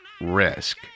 risk